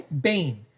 Bane